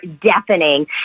deafening